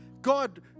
god